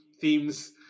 themes